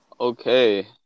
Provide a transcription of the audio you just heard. okay